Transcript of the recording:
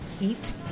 eat